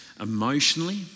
emotionally